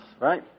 right